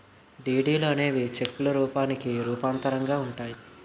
డీడీలు అనేవి చెక్కుల రూపానికి రూపాంతరంగా ఉంటాయి